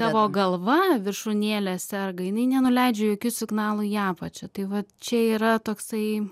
tavo galva viršūnėlė serga jinai nenuleidžia jokių signalų į apačią tai vat čia yra toksai